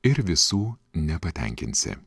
ir visų nepatenkinsi